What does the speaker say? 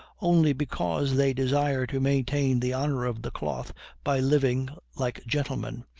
only because they desire to maintain the honor of the cloth by living like gentlemen,